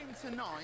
tonight